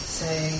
say